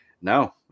no